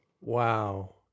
Wow